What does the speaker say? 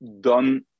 done